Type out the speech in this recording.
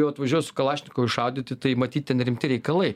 jau atvažiuos su kalašnikovais šaudyti tai matyti ten rimti reikalai